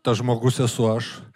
tas žmogus esu aš